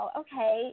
okay